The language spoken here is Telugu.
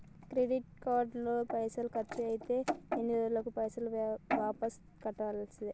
క్రెడిట్ కార్డు లో పైసల్ ఖర్చయితే ఎన్ని రోజులల్ల పైసల్ వాపస్ కట్టాలే?